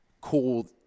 cool